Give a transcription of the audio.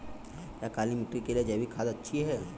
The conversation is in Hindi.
क्या काली मिट्टी के लिए जैविक खाद अच्छी है?